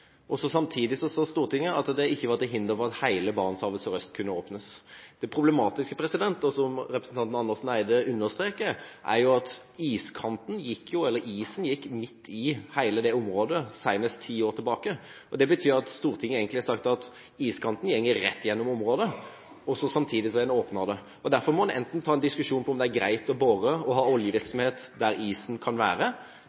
sa Stortinget at det ikke var til hinder for at hele Barentshavet sørøst kunne åpnes. Det problematiske, som representanten Andersen Eide understreket, er at iskanten – eller isen – gikk midt i hele det området senest for ti år siden. Det betyr at Stortinget egentlig har sagt at iskanten går rett gjennom området, samtidig som en åpner det. Derfor må en enten ta en diskusjon på om det er greit å bore og ha